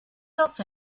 also